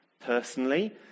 Personally